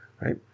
right